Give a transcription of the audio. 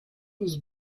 was